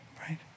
right